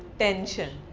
tension,